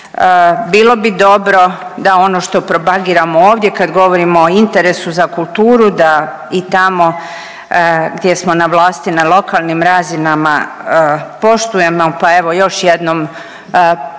Bilo bi dobro da ono što propagiramo ovdje kad govorimo o interesu za kulturu da i tamo gdje smo na vlasti na lokalnim razinama poštujemo, pa evo još jednom podsjećam